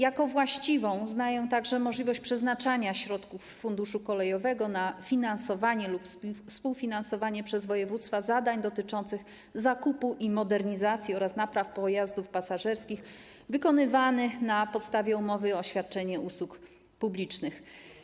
Za właściwą uznaję także możliwość przeznaczania środków Funduszu Kolejowego na finansowanie lub współfinansowanie przez województwa zadań dotyczących zakupu i modernizacji oraz napraw pojazdów pasażerskich wykonywanych na podstawie umowy o świadczenie usług publicznych.